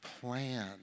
plan